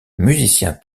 musicien